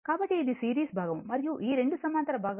కాబట్టి ఇది సిరీస్ భాగం మరియు ఈ రెండు సమాంతర భాగాలు